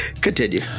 Continue